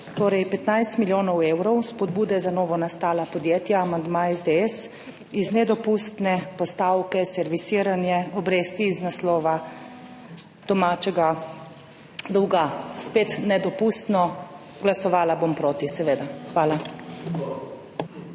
15 milijonov evrov spodbude za novonastala podjetja, amandma SDS, iz nedopustne postavke servisiranje obresti iz naslova domačega dolga. Spet nedopustno. Glasovala bom proti, seveda. Hvala.